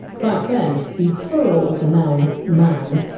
back then, the plural of the noun! man!